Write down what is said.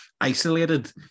isolated